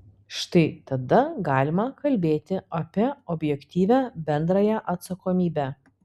štai tada galima kalbėti apie objektyvią bendrąją atsakomybę